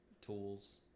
Tools